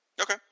Okay